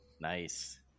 Nice